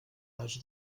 pas